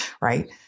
right